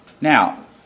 Now